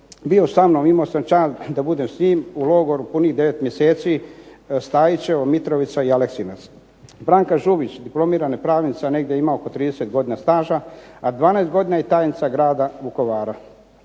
bio sa mnom, imao sam čast da budem s njim u logoru punih 9 mjeseci Stajićevo, Mitrovica i Aleksinac. Branka Žuvić, diplomirana pravnica, negdje ima oko 30 godina staža, a 12 godina je tajnica grada Vukovara.